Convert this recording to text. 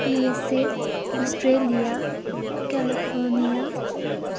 USA Australia California